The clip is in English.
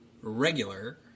regular